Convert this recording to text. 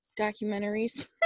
documentaries